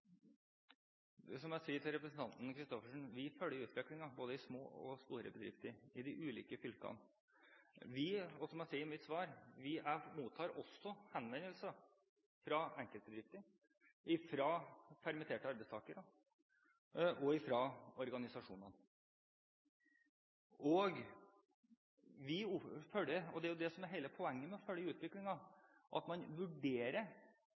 Som jeg sa til representanten Christoffersen, følger vi utviklingen i både små og store bedrifter i de ulike fylkene. Som jeg sa i mitt svar, mottar også jeg henvendelser fra bedrifter, fra permitterte arbeidstakere og fra organisasjonene. Det som er hele poenget med å følge utviklingen, er at man vurderer – som også representanten Christoffersen sier – å